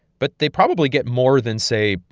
but they probably get more than, say,